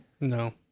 No